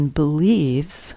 believes